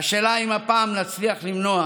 השאלה היא אם הפעם נצליח למנוע